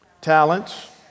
Talents